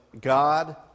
God